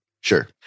Sure